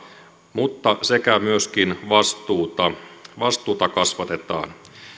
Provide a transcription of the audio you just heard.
mutta myöskin vastuuta kasvatetaan